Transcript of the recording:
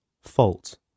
fault